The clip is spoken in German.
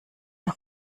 der